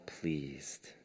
pleased